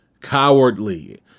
cowardly